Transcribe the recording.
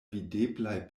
videblaj